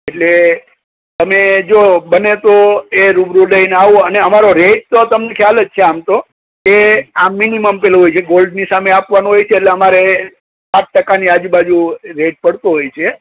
એટલે તમે જો બને તો એ રૂબરૂ લઈને આવો અને અમારો રેટ તો તમને ખ્યાલ જ છે આમ તો એ આમ મિનિમમ હોય છે ગોલ્ડની સામે આપવાનું હોય છે એટલે અમારે પાંચ ટકાની આજુબાજુ રેટ પડતો હોય છે